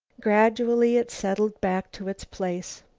gradually it settled back to its place.